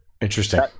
Interesting